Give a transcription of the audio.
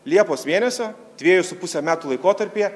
liepos mėnesio dvejų su puse metų laikotarpyje